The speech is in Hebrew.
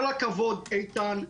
כל הכבוד איתן.